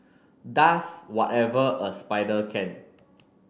does whatever a spider can